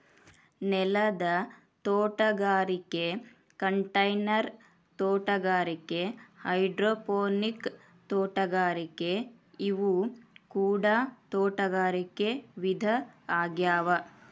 ನೆಲದ ತೋಟಗಾರಿಕೆ ಕಂಟೈನರ್ ತೋಟಗಾರಿಕೆ ಹೈಡ್ರೋಪೋನಿಕ್ ತೋಟಗಾರಿಕೆ ಇವು ಕೂಡ ತೋಟಗಾರಿಕೆ ವಿಧ ಆಗ್ಯಾವ